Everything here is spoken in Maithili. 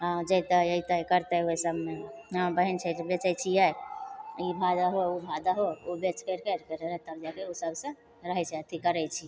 हाँ जएतै अएतै करतै ओहि सबमे बहिन छै जे बेचै छिए ई भाव दहो ओ भाव दहो ओ बेचि करि करिके ने तब जा करिके ओसबसे रहै छै अथी करै छी